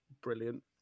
Brilliant